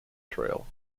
trail